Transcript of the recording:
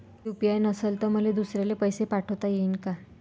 UPI नसल तर मले दुसऱ्याले पैसे पाठोता येईन का?